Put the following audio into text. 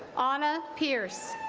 ana pierce